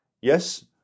Yes